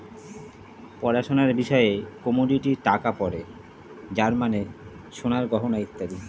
পড়াশোনার বিষয়ে কমোডিটি টাকা পড়ে যার মানে সোনার গয়না ইত্যাদি